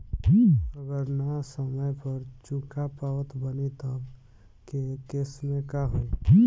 अगर ना समय पर चुका पावत बानी तब के केसमे का होई?